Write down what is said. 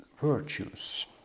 virtues